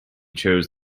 chose